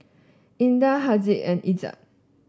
Indah Haziq and Izzat